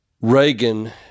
Reagan